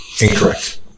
incorrect